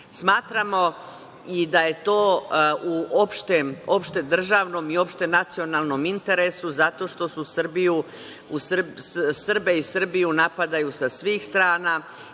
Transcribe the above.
genocid. Smatramo i da je to u opšte državnom i opšte nacionalnom interesu zato što Srbe i Srbiju napadaju sa svih strana,